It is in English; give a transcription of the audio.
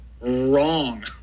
wrong